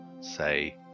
say